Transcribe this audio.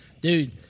dude –